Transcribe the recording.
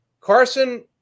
Carson